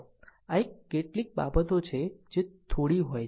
આ એવી કેટલીક બાબતો છે જે થોડોક હોય છે